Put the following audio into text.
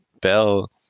Bell